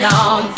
on